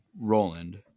Roland